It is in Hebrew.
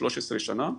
13 שנה,